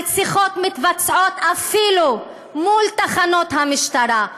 הרציחות מתבצעות אפילו מול תחנות המשטרה,